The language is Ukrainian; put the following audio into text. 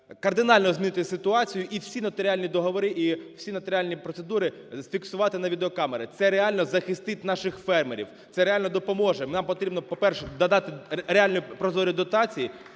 кардинально змінити ситуацію і всі нотаріальні договори, і всі нотаріальні процедури фіксувати на відеокамери, це реально захистить наших фермерів, це реально допоможе. Нам потрібно, по-перше, додати реальні, прозорі дотації,